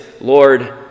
Lord